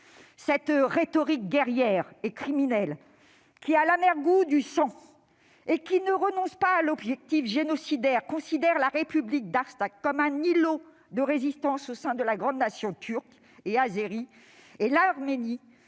Cette rhétorique guerrière et criminelle, qui a l'amer goût du sang et qui ne renonce pas à l'objectif génocidaire, considère la République d'Artsakh comme un îlot de résistance au sein de la grande nation turque et azérie et l'Arménie